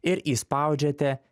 ir išspaudžiate